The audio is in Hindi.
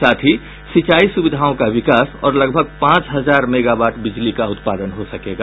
साथ ही सिंचाई सुविधाओं का विकास और लगभग पांच हजार मेगावाट बिजली उत्पादन हो सकेगा